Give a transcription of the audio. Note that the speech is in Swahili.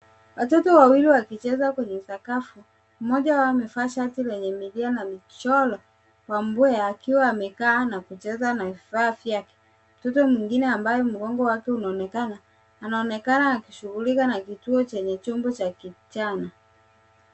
Watoto wawili wakicheza kwenye sakafu, mmoja wao amevaa shati lenye milia na michoro wa umbo, akiwa amekaa na kucheza na vifaa vyake. Mtoto mwengine ambaye mgongo wake unaonekana, anaonekana akishughulika na kitu chenye chombo cha kijani.